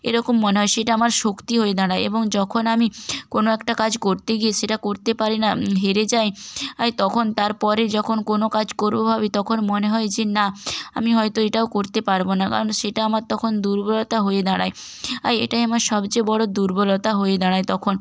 এরকম মনে হয় সেটা আমার শক্তি হয়ে দাঁড়ায় এবং যখন আমি কোনো একটা কাজ করতে গিয়ে সেটা করতে পারি না হেরে যাই আই তখন তারপরে যখন কোনো কাজ করবো ভাবি তখন মনে হয় যে না আমি হয়তো এটাও করতে পারবো না কারণ সেটা আমার তখন দুর্বলতা হয়ে দাঁড়ায় আয় এটাই আমার সবচেয়ে বড়ো দুর্বলতা হয়ে দাঁড়ায় তখন